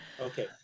Okay